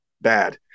bad